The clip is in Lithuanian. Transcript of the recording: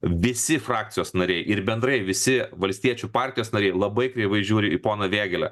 visi frakcijos nariai ir bendrai visi valstiečių partijos nariai labai kreivai žiūri į poną vėgėlę